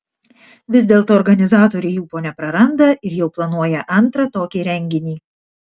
vis dėlto organizatoriai ūpo nepraranda ir jau planuoja antrą tokį renginį